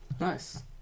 Nice